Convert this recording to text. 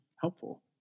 helpful